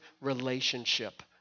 relationship